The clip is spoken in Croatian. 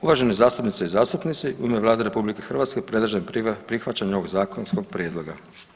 Uvažene zastupnice i zastupnici u ime Vlade RH predlažem prihvaćanje ovog zakonskog prijedloga.